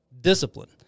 discipline